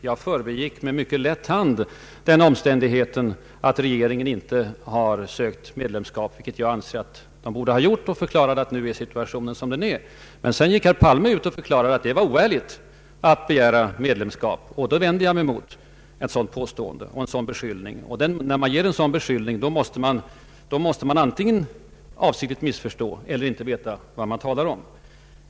Jag förbigick med mycket lätt hand den omständigheten att regeringen inte har sökt medlemskap — vilket jag anser att den borde ha gjort — och förklarade att situationen nu är som den är. Men sedan gick statsministern upp och förklarade att det hade varit oärligt att begära medlemskap. Jag vänder mig mot ett sådant påstående och en sådan beskyllning. När man gör en dylik beskyllning måste man antingen avsiktligt missförstå eller inte veta vad man talar om.